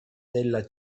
della